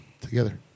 together